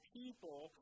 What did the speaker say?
people